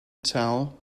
towel